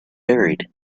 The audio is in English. buried